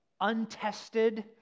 untested